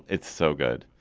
it's so good.